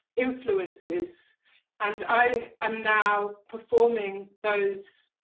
influences and i am now performing those,